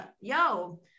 yo